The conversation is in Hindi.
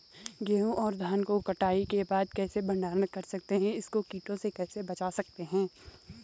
गेहूँ और धान को कटाई के बाद कैसे भंडारण कर सकते हैं इसको कीटों से कैसे बचा सकते हैं?